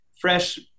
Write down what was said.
fresh